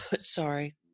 sorry